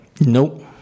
Nope